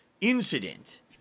incident